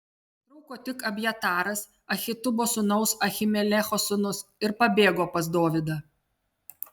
ištrūko tik abjataras ahitubo sūnaus ahimelecho sūnus ir pabėgo pas dovydą